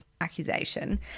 accusation